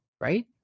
right